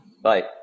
Bye